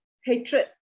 hatred